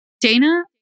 Dana